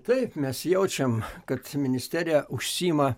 taip mes jaučiam kad ministerija užsiima